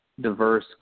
diverse